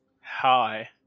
Hi